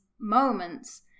moments